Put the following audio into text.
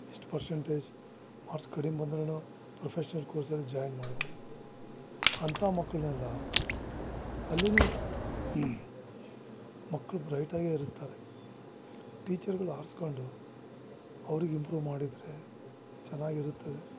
ಇಷ್ಟು percentage marks ಕಡಿಮೆ ಬಂದ್ರೂ ಪ್ರೊಫೆಶ್ನಲ್ ಕೋರ್ಸಲ್ಲಿ ಜಾಯ್ನ್ ಮಾಡ್ಬೋದು ಅಂಥ ಮಕ್ಕಳನ್ನೆಲ್ಲ ಅಲ್ಲಿನೂ ಮಕ್ಕಳು ಬ್ರೈಟಾಗೆ ಇರುತ್ತಾರೆ ಟೀಚರ್ಗಳು ಆರಿಸ್ಕೊಂಡು ಅವ್ರಿಗೆ ಇಂಪ್ರೂ ಮಾಡಿದ್ರೆ ಚೆನ್ನಾಗಿರುತ್ತದೆ